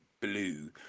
blue